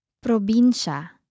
Provincia